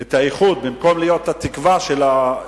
את האיחוד, במקום להיות התקווה של האזרחים,